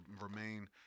remain